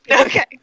Okay